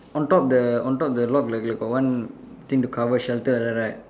on top the on top the lock like like got one thing to cover shelter like that right